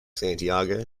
santiago